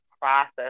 process